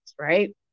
right